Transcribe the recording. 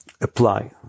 apply